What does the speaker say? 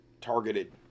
targeted